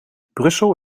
brussel